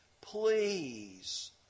please